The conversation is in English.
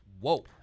Whoa